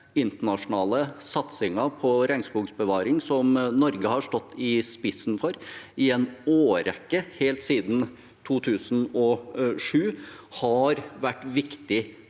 internasjonale satsingen på regnskogsbevaring, som Norge har stått i spissen for i en årrekke – helt siden 2007 – har vært viktig